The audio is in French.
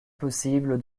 possible